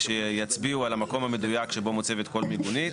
שיצביעו על המקום המדויק שבו מוצבת כל מיגונית,